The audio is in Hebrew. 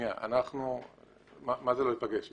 מה זה לא ייפגש איתם?